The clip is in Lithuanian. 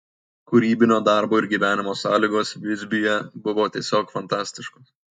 kūrybinio darbo ir gyvenimo sąlygos visbiuje buvo tiesiog fantastiškos